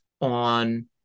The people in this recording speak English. on